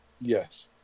Yes